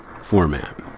format